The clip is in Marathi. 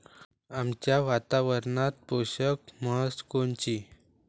आमच्या वातावरनात पोषक म्हस कोनची?